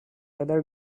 other